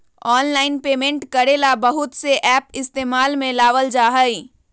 online payment करे ला बहुत से एप इस्तेमाल में लावल जा हई